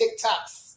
TikToks